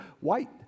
white